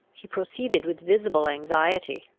he proceeded with visible anxiety.